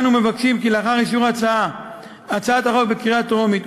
אנו מבקשים כי לאחר אישור הצעת החוק בקריאה טרומית,